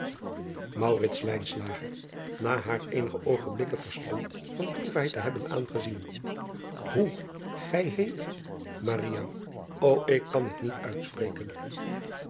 haar eenige oogenblikken verstomd van droefheid te hebben aangezien oe gij heden o ik kan het niet uitspreken